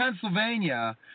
Pennsylvania